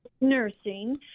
nursing